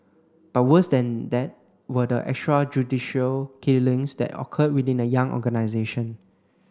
but worse than that were the extrajudicial killings that occurred within the young organisation